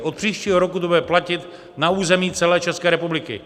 Od příštího roku to bude platit na území celé České republiky.